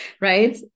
right